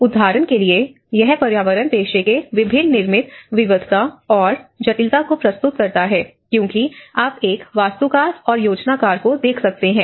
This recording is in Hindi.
उदाहरण के लिए यह पर्यावरण पेशे के विभिन्न निर्मित विविधता और जटिलता को प्रस्तुत करता है क्योंकि आप एक वास्तुकार और योजनाकार को देख सकते हैं